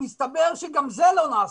מסתבר שגם זה לא נעשה.